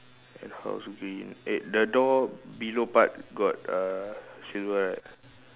and house green eh the door below part got uh silver right